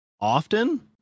often